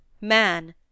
man